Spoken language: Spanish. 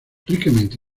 ricamente